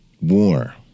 War